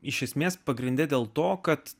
iš esmės pagrinde dėl to kad